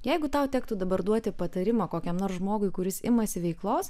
jeigu tau tektų dabar duoti patarimą kokiam nors žmogui kuris imasi veiklos